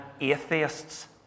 atheists